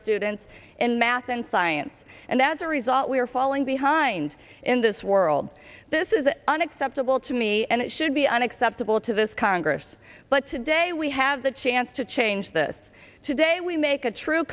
students in math and science and as a result we are falling behind in this world this is an unacceptable to me and it should be unacceptable to this congress but today we have the chance to change this today we make a true